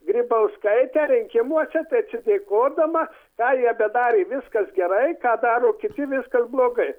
grybauskaitę rinkimuose tai atsidėkodama ką jie bedarė viskas gerai ką daro kiti viskas blogai